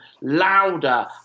louder